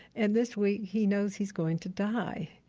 and this week he knows he's going to die.